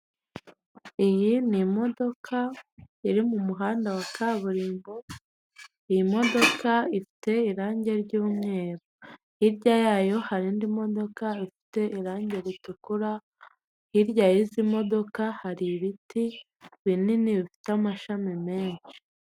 Iyi ni imodoka iri mu muhanda wa kaburimbo imodoka ifite irange ry'umweru, hirya yayo hari indi modoka ifite irange ritukura, hirya y'izi modoka hari ibiti binini bifite amashami menshi.